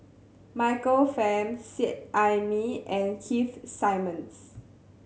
Michael Fam Seet Ai Mee and Keith Simmons